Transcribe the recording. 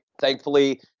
Thankfully